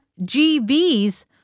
GB's